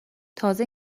تازه